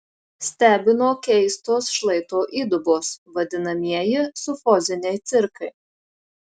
stebino keistos šlaito įdubos vadinamieji sufoziniai cirkai